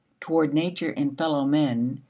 toward nature and fellow men,